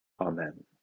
Amen